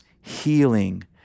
healing